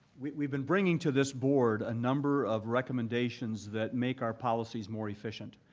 we've been bringing to this board a number of recommendations that make our policies more efficient,